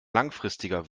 langfristiger